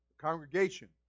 congregation